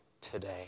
today